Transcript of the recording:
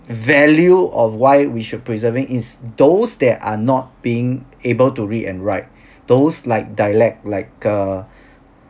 value of why we should preserving is those that are not being able to read and write those like dialect like uh